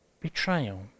Betrayal